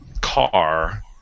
car